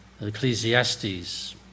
Ecclesiastes